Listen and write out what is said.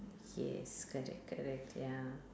yes correct correct ya